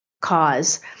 cause